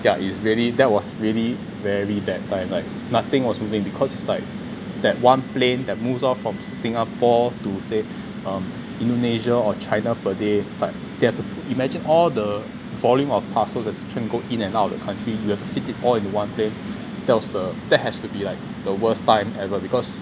yeah it is really really that was really very bad time like nothing was moving because it's like that one plane that moves off from singapore to say um indonesia or china per day but they have to imagine all the volume of parcels that's trying to go in and out of the country you have to fit in all in one plane that has to be like the worst time ever because